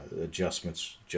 adjustments